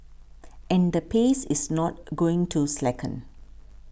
and the pace is not going to slacken